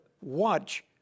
watch